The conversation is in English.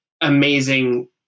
amazing